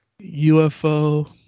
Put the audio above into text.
UFO